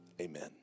amen